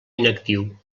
inactiu